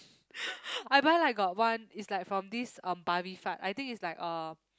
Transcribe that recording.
I buy like got one is like from this um I think is like uh